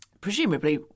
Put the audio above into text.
Presumably